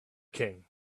king